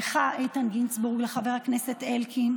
לך, איתן גינצברג, לחבר הכנסת אלקין,